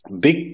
Big